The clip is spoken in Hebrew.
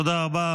תודה רבה.